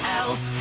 else